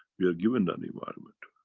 we are given that environment.